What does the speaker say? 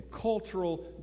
cultural